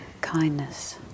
kindness